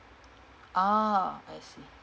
ah yes